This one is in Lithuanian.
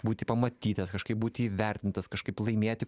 būti pamatytas kažkaip būti įvertintas kažkaip laimėti